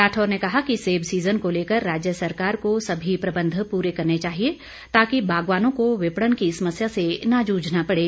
राठौर ने कहा कि सेब सीजन को लेकर राज्य सरकार को सभी प्रबंध पूरे करने चाहिए ताकि बागवानों को विपणन की समस्या से न जूझना पड़े